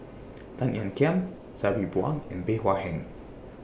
Tan Ean Kiam Sabri Buang and Bey Hua Heng